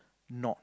not